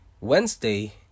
Wednesday